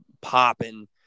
popping